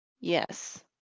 Yes